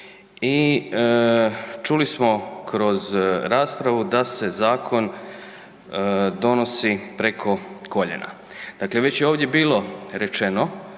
i čuli smo kroz raspravu da se zakon donosi preko koljena. Dakle, već je ovdje bilo rečeno